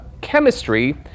Chemistry